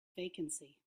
vacancy